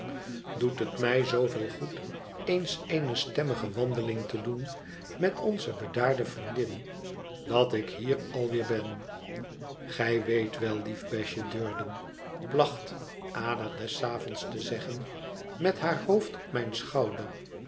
doet het mij zooveel goed eens eene stemmige wandeling te doen met onze bedaarde vriendin dat ik hier alweer ben gij weet wel lief besje durden placht ada des avond te zeggen met haar hoofd op mijn schouder